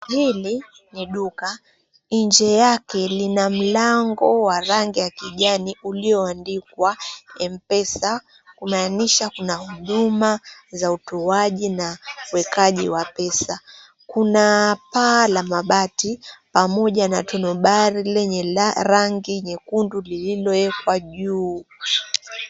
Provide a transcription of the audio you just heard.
Hili ni duka. Nje yake ina mlango wa rangi ya kijani ulioandikwa M-PESA kumaanisha kuna huduma za utoaji na uwekaji wa pesa. Kuna paa la mabati pamoja na tunobaa lenye rangi nyekundu lililowekwa juu.